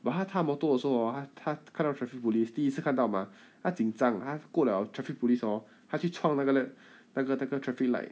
but 他他 motor 的时候 orh 他他看到 traffic police 第一次看到吗他紧张他过 liao traffic police hor 他去闯那个那个 traffic light